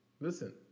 listen